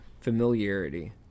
familiarity